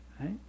right